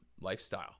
lifestyle